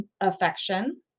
affection